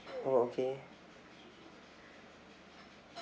oh okay